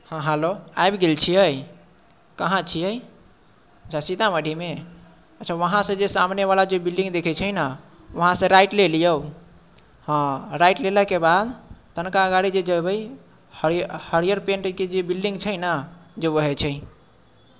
हँ हेलो आबि गेल छियै कहाँ छियै अच्छा सीतामढ़ीमे अच्छा वहाँसँ जे सामनेवला जे बिल्डिंग देखैत छियै ने वहाँसँ राइट लऽ लिऔ हँ राइट लेलाके बाद तनिका गाड़ीके जे हइ हरि हरिअर पैंटके जे बिल्डिंग छै ने जे उएह छै